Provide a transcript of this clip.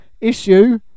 issue